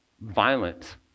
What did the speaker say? violent